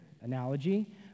analogy